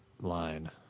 line